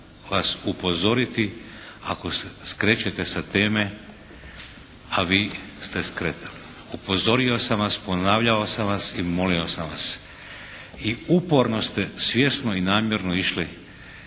vas upozoriti ako skrećete sa teme a vi ste skretali. Upozorio sam vas, ponavljao sam vas i molio sam vas i uporno ste svjesno i namjerno išli